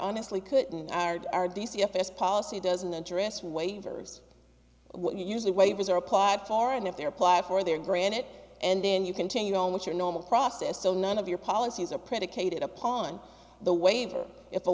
honestly couldn't our our d c office policy doesn't interest waivers what usually waivers are applied for and if they're applying for their granite and then you continue on with your normal process so none of your policies are predicated upon the waiver if a